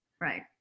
Right